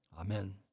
Amen